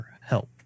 help